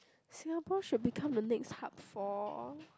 Singapore should become the next hub for